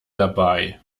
dabei